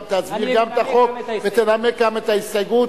תסביר גם את החוק, ותנמק גם את ההסתייגות.